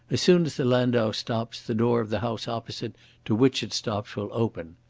as soon as the landau stops the door of the house opposite to which it stops will open.